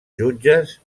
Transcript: jutges